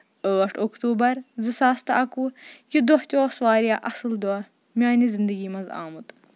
ٲٹھ اکتوٗبر زٕ ساس تہٕ اَکہٕ وُہ یہِ دۄہ تہِ اوس واریاہ اَصٕل دۄہ میٲنہِ زندگی منٛز آمُت